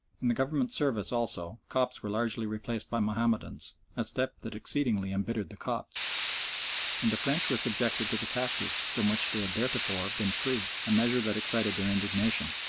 in the government service also copts were largely replaced by mahomedans a step that exceedingly embittered the copts and the french were subjected to the taxes from which they had theretofore been free a measure that excited their indignation.